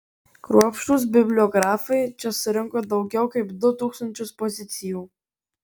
kruopštūs bibliografai čia surinko daugiau kaip du tūkstančius pozicijų